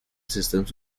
systems